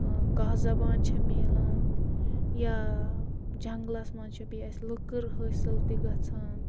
کَہہ زَبان چھےٚ مِلان یا جنٛگلَس مَنٛز چھِ بیٚیہِ اَسہِ لٔکٕر حٲصِل تہِ گَژھان